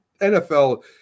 NFL